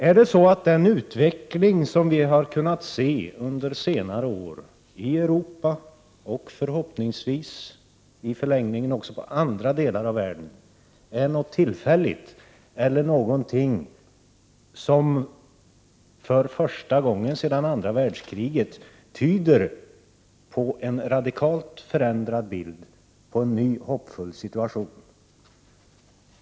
Är den utveckling som vi under senare år har kunnat se i Europa, och i förlängningen förhoppningsvis kommer att se även i andra delar av världen, något tillfälligt eller något som för första gången sedan andra världskriget tyder på en radikalt förändrad bild, och en ny och hoppfull situation?